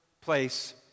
place